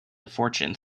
fortune